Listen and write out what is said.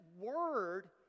word